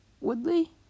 Woodley